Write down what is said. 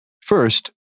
First